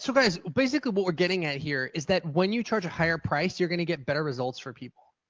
so guys, basically what we're getting at here is that when you charge a higher price you're going to get better results for people.